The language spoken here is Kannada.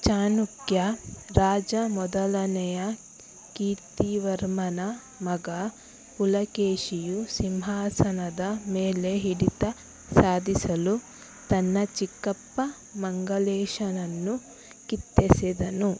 ಚಾಣಕ್ಯ ರಾಜ ಮೊದಲನೆಯ ಕೀರ್ತಿವರ್ಮನ ಮಗ ಪುಲಕೇಶಿಯು ಸಿಂಹಾಸನದ ಮೇಲೆ ಹಿಡಿತ ಸಾಧಿಸಲು ತನ್ನ ಚಿಕ್ಕಪ್ಪ ಮಂಗಲೇಶನನ್ನು ಕಿತ್ತೆಸೆದನು